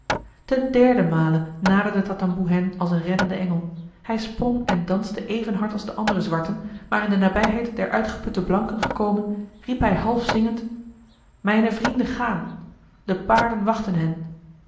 ten derden male naderde tatamboe hen als een reddende engel hij sprong en danste even hard als de andere zwarten maar in de nabijheid der uitgeputte blanken gekomen riep hij half zingend mijne vrienden gaan de paarden wachten hen